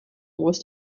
was